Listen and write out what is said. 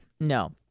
no